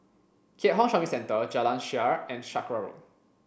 Keat Hong Shopping Centre Jalan Shaer and Sakra Road